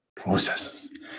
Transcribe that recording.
processes